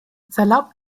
salopp